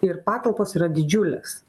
ir patalpos yra didžiulės